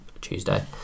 Tuesday